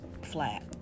flat